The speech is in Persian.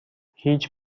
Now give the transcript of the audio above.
هیچ